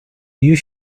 you